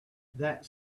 that